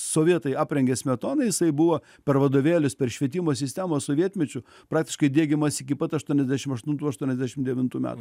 sovietai aprengė smetoną jisai buvo per vadovėlius per švietimo sistemą sovietmečiu praktiškai diegiamas iki pat aštuoniasdešim aštuntų aštuoniasdešim devintų me